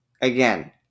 again